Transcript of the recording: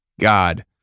God